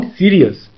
serious